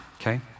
okay